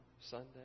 Sunday